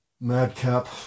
madcap